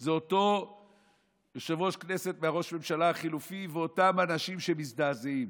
זה אותו יושב-ראש כנסת מראש הממשלה החלופי ואותם אנשים שמזדעזעים.